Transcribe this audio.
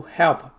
help